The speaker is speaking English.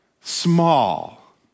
small